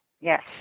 Yes